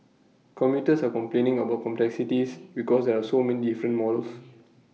commuters are complaining about complexities because there are so many different models